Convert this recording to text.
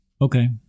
Okay